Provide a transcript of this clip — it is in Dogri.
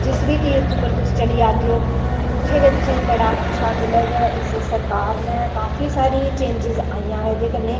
जिस बी तीर्थ पर तुस चली जागेओ उत्थें गै तुसेंगी बड़ा अच्छा मिलग इस सरकार नै काफी सारी चेंजिस आइयां ओह्दे कन्नैं